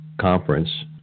conference